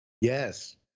Yes